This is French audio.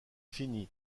fini